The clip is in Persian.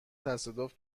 تصادف